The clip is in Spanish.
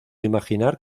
imaginar